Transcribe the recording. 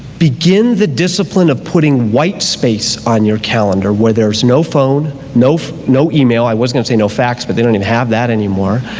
begin the discipline of putting white space on your calendar where there's no phone, no no email, i was going to say no fax but they don't even have that anymore,